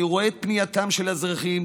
אני רואה את פניותיהם של האזרחים,